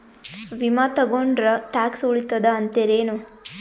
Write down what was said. ವಿಮಾ ತೊಗೊಂಡ್ರ ಟ್ಯಾಕ್ಸ ಉಳಿತದ ಅಂತಿರೇನು?